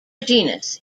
genus